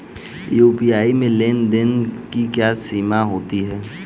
UPI में लेन देन की क्या सीमा होती है?